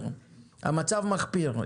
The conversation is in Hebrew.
כרגע הוא מחפיר.